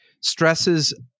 stresses